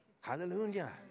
Hallelujah